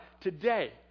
today